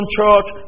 church